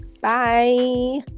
Bye